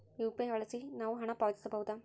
UPI ಬಳಸಿ ನಾವು ಹಣ ಪಾವತಿಸಬಹುದಾ?